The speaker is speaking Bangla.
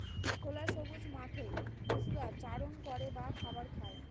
খোলা সবুজ মাঠে পশুরা চারণ করে বা খাবার খায়